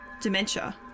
Dementia